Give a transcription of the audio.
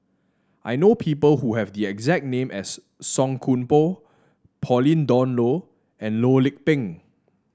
I know people who have the exact name as Song Koon Poh Pauline Dawn Loh and Loh Lik Peng